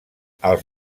als